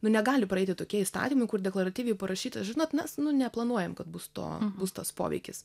nu negali praeiti tokie įstatymai kur deklaratyviai parašyta žinot mes nu neplanuojame kad būsto bus tas poveikis